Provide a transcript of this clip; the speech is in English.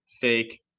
fake